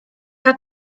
hat